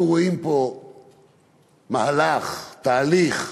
אנחנו רואים פה מהלך, תהליך,